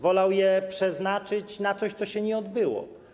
Wolał je przeznaczyć na coś, co się nie odbyło.